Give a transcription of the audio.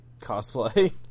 cosplay